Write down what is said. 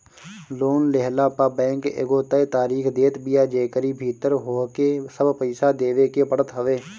loan लेहला पअ bank एगो तय तारीख देत बिया जेकरी भीतर होहके सब पईसा देवे के पड़त हवे